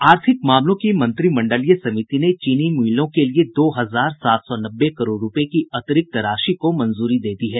आर्थिक मामलों की मंत्रिमंडलीय समिति ने चीनी मिलों के लिए दो हजार सात सौ नब्बे करोड़ रुपए की अतिरिक्त राशि को मंजूरी दे दी है